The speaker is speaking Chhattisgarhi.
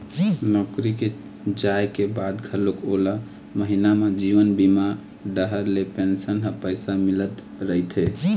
नौकरी के जाए के बाद घलोक ओला महिना म जीवन बीमा डहर ले पेंसन के पइसा मिलत रहिथे